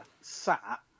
sat